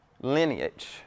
Lineage